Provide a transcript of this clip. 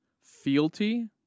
fealty